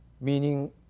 meaning